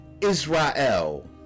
Israel